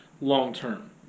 long-term